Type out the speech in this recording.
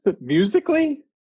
musically